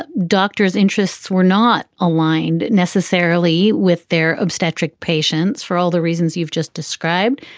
ah doctors interests were not aligned necessarily with their obstetric patients for all the reasons you've just described.